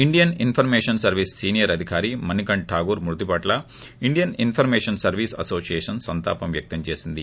Indian information service senior అధికారి మణికంట్ రాకూర్ మృతి పట్ల ఇండియన్ ఇన్సర్మేషన్ సర్వీస్ అనోసియేషన్ సంతాపం వ్యక్తం చేసింది